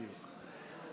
בדיוק.